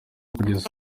kugeza